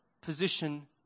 position